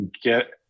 get